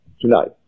Tonight